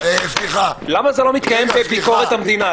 למה זה לא מתקיים בביקורת המדינה?